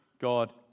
God